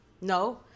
No